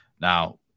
Now